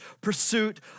pursuit